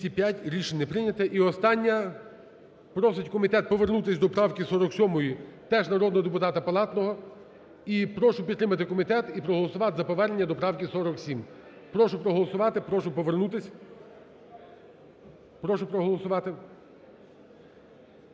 Рішення не прийнято. І остання, просить комітет повернутись до правки 47 теж народного депутата Палатного. І прошу підтримати комітет і проголосувати за повернення до правки 47. Прошу проголосувати. Прошу повернутись. Прошу проголосувати.